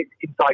inside